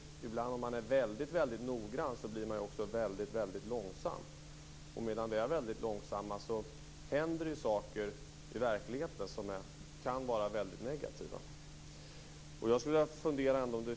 Om man är väldigt noggrann blir man ibland också väldigt långsam. Medan vi är väldigt långsamma händer det saker i verkligheten som kan vara väldigt negativa.